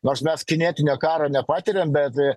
nors mes kinetinio karo nepatiriam bet